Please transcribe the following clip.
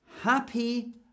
Happy